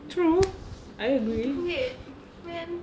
true I agree